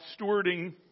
stewarding